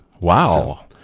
Wow